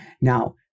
Now